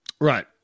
Right